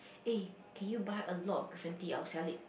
eh can you buy a lot of different tea I will sell it